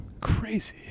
Crazy